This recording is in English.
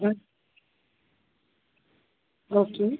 okay